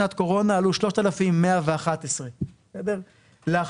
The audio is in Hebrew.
שנת קורונה עלו 3,111. להכפיל,